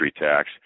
tax